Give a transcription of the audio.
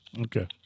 Okay